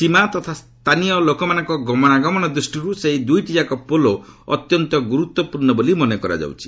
ସୀମା ତଥା ସ୍ଥାନୀୟ ଲୋକମାନଙ୍କ ଗମନାଗମନ ଦୃଷ୍ଟିରୁ ସେହି ଦୁଇଟିଯାକ ପୋଲ ଅତ୍ୟନ୍ତ ଗୁରୁତ୍ୱପୂର୍ଣ୍ଣ ବୋଲି ମନେ କରାଯାଉଛି